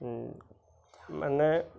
মানে